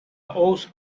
hoz